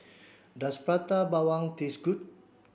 does Prata Bawang taste good